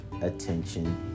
attention